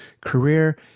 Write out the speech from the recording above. career